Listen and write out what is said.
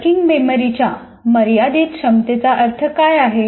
working मेमरीच्या मर्यादित क्षमतेचा अर्थ काय आहे